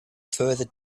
further